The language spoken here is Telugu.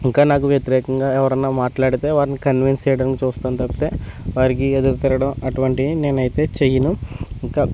ఇంకా నాకు వ్యతిరేఖంగా ఎవరైనా మాట్లాడితే వారిని కన్వీన్స్ చేయడానికి చూస్తాను తప్పితే వారికి ఎదురు తిరగడం అటువంటివి నేను అయితే చేయను ఇంకా